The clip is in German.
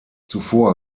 zuvor